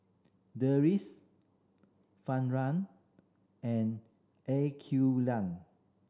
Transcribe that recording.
Deris Zafran and Aqeelah